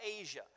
Asia